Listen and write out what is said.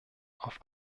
auf